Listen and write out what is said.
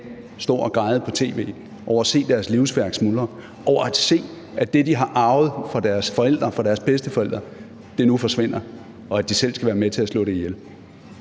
stå og græde på tv over at se deres livsværk smuldre, over at se, at det, de har arvet fra deres forældre og fra deres bedsteforældre, nu forsvinder, og at de selv skal være med til at slå det ihjel.